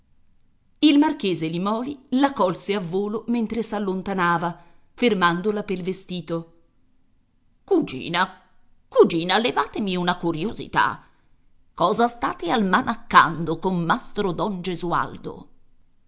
il marchese limòli la colse a volo mentre s'allontanava fermandola pel vestito cugina cugina levatemi una curiosità cosa state almanaccando con mastro don gesualdo